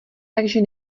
takže